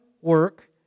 work